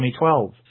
2012